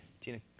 Tina